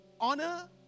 honor